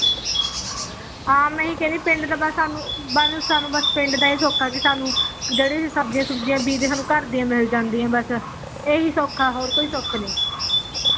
ਹਾਂ ਮੈਂ ਇਹੀ ਕਹਿੰਦੀ ਪਿੰਡ ਤਾਂ ਬਸ ਸਾਨੂੰ ਬਸ ਸਾਨੂੰ ਪਿੰਡ ਦਾ ਇਹ ਸੌਖਾ ਕਿ ਸਾਨੂੰ ਜਿਹੜੇ ਵੀ ਸਬਜ਼ੀਆਂ ਸੁਬਜੀਆਂ ਬੀਜ ਸਾਨੂੰ ਘਰ ਦੀਆਂ ਮਿਲ ਜਾਂਦੀਆਂ ਬਸ ਇਹੀ ਸੌਖਾ ਹੋਰ ਕੋਈ ਸੁੱਖ ਨਹੀਂ